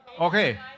Okay